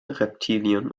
reptilien